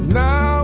now